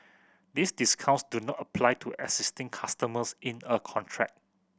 these discounts do not apply to existing customers in a contract